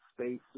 space